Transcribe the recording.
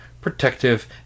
protective